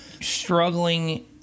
struggling